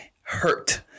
hurt